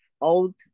old